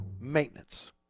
Maintenance